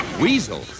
Weasel